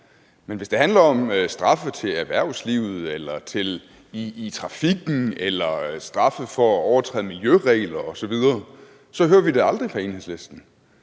Men hvis det handler om straffe til erhvervslivet eller i trafikken eller straffe for at overtræde miljøregler osv., hører vi aldrig fra Enhedslisten,